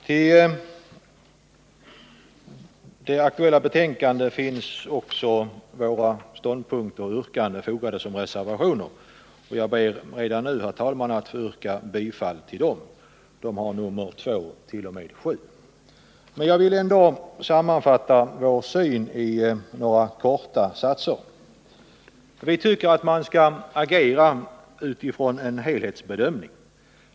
Till det nu aktuella betänkandet finns våra ståndpunkter och yrkanden fogade såsom reservationer, och jag ber redan nu, herr talman, att få yrka bifall till reservationerna 2-7. Jag vill ändå sammanfatta vår syn i några korta satser. Vi tycker att man skall agera utifrån en helhetsbedömning.